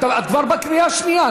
את כבר בקריאה השנייה.